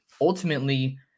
ultimately